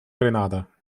grenada